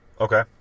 Okay